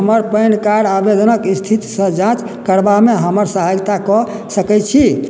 हमर PAN card आबेदनक स्थितिसँ जाँच करबामे हमर सहायता कऽ सकैत छी